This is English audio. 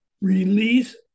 Release